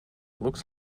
looks